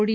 D